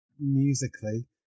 musically